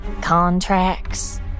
Contracts